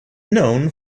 known